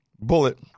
Bullet